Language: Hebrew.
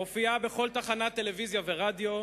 מופיעה בכל תחנת טלויזיה ורדיו,